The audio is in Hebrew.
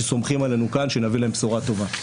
שסומכים עלינו כאן שנביא להם בשורה טובה.